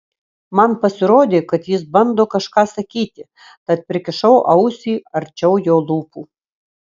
man pasirodė kad jis bando kažką sakyti tad prikišau ausį arčiau jo lūpų